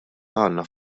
għandna